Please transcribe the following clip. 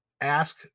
ask